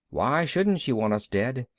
why shouldn't she want us dead?